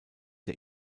der